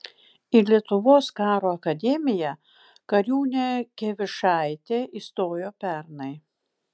į lietuvos karo akademiją kariūnė kievišaitė įstojo pernai